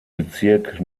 bezirk